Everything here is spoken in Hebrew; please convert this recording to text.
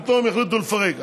פתאום הם החליטו לפרק,